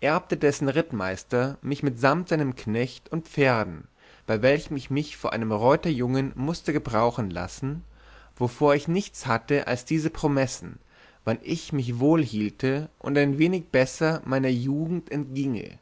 erbte dessen rittmeister mich mitsamt seinem knecht und pferden bei welchem ich mich vor einen reuterjungen mußte gebrauchen lassen wovor ich nichts hatte als diese promessen wann ich mich wohlhielte und ein wenig besser meiner jugend entgienge